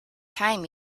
time